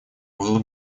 было